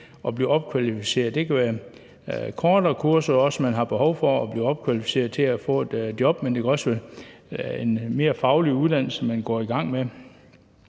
at blive opkvalificeret. Det kan være kortere kurser, fordi man har behov for at blive opkvalificeret til at få et job, men det kan også være en mere faglig uddannelse, man går i gang med.